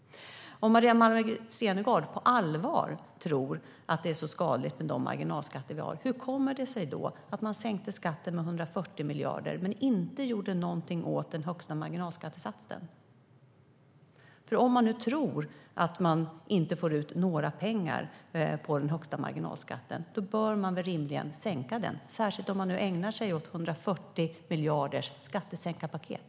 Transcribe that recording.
Om Maria Malmer Stenergard på allvar tror att det är så skadligt med de marginalskatter vi har, hur kommer det sig då att man sänkte skatten med 140 miljarder men inte gjorde någonting åt den högsta marginalskattesatsen? Om man nu tror att man inte får ut några pengar på den högsta marginalskatten bör man väl rimligen sänka den, särskilt om man ägnar sig åt skattesänkarpaket på 140 miljarder. Svara på det.